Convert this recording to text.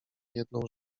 jedną